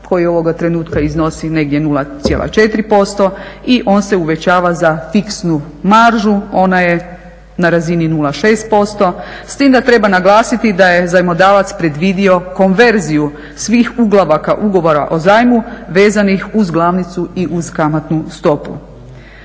koji ovoga trenutka iznosi negdje 0,4% i on se uvećava za fiksnu maržu, ona je na razini 0,6%. S time da treba naglasiti da je zajmodavac predvidio konverziju svih uglavaka Ugovora o zajmu vezanih uz glavnicu i uz kamatnu stopu.